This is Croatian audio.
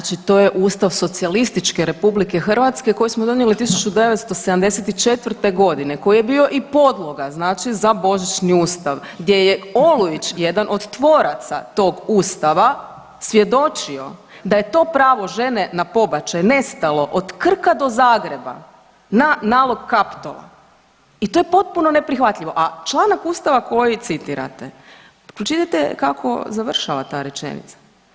Znači to je Ustav Socijalističke Republike Hrvatske koji smo donijeli 1974. g. koji je bio i podloga, znači za Božićni Ustav gdje je Olujić jedan od tvoraca tog Ustava svjedočio da je to pravo žene na pobačaj nestalo od Krka do Zagreba na nalog Kaptola i to je potpuno neprihvatljivo, a članak Ustava koji citirate, pročitajte kako završava ta rečenica.